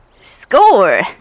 Score